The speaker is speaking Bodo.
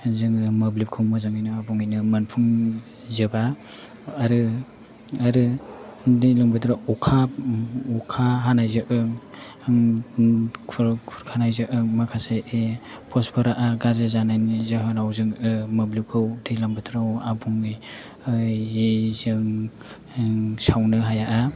जोङो मोब्लिबखौ मोजाङैनो आबुङैनो मोनफुंजोबा आरो दैज्लां बोथोराव अखा हानायजों खुरखानायजों माखासे पस्ट फोरा गाज्रि जानायनि जाहोनाव जों मोब्लिबखौ दैज्लां बोथोराव आबुङै जों सावनो हाया